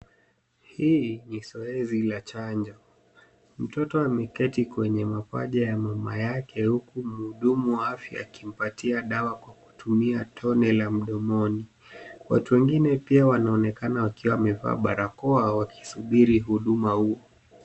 Hii ni zoezi la chanjo. Mtoto ameketi kwenye mapaja ya mama yake huku muhudumu wa afya akimpatia dawa kwa kutumia tone la mdomoni. Watu wengine pia wanaonekana wakiwa wamevaa barakoa wakisubiri huduma huu.